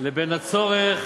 והצורך